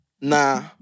nah